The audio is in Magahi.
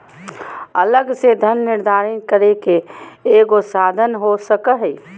अलग से धन निर्धारित करे के एगो साधन हो सको हइ